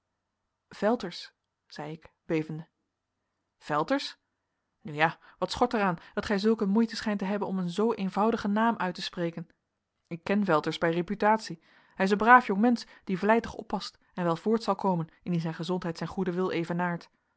velters zei ik bevende velters nu ja wat schort er aan dat gij zulk een moeite schijnt te hebben om een zoo eenvoudigen naam uit te spreken ik ken velters bij reputatie hij is een braaf jong mensch die vlijtig oppast en wel voort zal komen indien zijn gezondheid zijn goeden wil evenaart